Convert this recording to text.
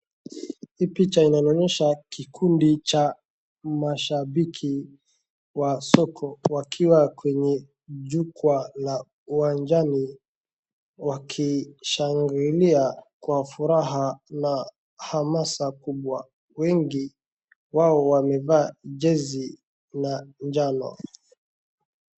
Hii picha inanionyesha kikundi cha mashabiki wa soka wakiwa kwenye jukwaa la uwanjani wakishangilia kwa furaha na hamasa kubwa wengi wao wamevaa jezi na njano